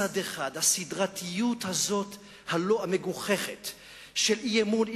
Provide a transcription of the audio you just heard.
מצד אחד, הסדרתיות הזאת המגוחכת של אי-אמון,